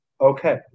Okay